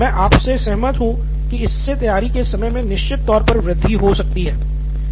लेकिन मैं आपसे सहमत हूं कि इससे तैयारी के समय में निश्चित तौर पर वृद्धि हो सकती है